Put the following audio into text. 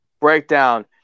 breakdown